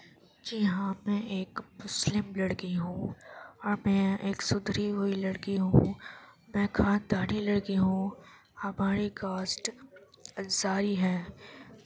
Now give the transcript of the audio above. جی ہاں میں ایک مسلم لڑکی ہوں اور میں ایک سدھری ہوئی لڑکی ہوں میں خاندانی لڑکی ہوں ہماری کاسٹ انصاری ہے